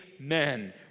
Amen